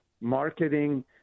marketing